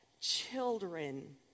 children